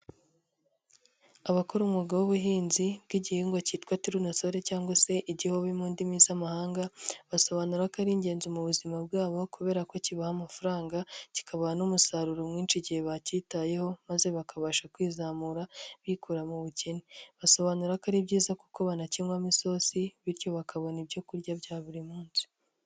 Abakora umwuga w'ubuhinzi bw'igihingwa cyitwa tirinosoli cyangwa se igihobi mu ndimi z'amahanga, basobanura ko ari ingenzi mu buzima bwabo kubera ko kibaha amafaranga, kikabaha n'umusaruro mwinshi igihe bacyitayeho, maze bakabasha kwizamura bikura mu bukene, basobanura ko ari byiza kuko banakinywamo isosi, bityo bakabona ibyokurya bya buri munsi.